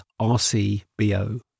RCBO